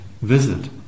visit